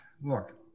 look